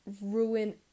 ruin